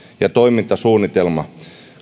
ja toimintasuunnitelma